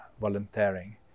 volunteering